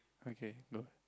okay no